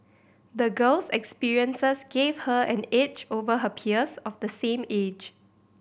the girl's experiences gave her an edge over her peers of the same age